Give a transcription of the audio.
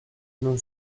non